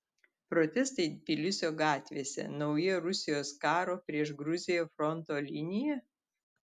protestai tbilisio gatvėse nauja rusijos karo prieš gruziją fronto linija